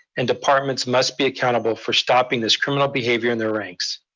and departments must be accountable for stopping this criminal behavior in their ranks.